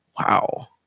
wow